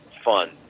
fun